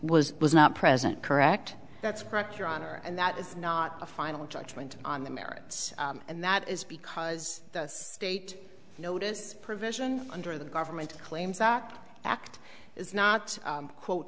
was was not present correct that's correct your honor and that is not a final judgment on the merits and that is because the state notice provision under the government claims act act is not quote